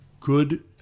good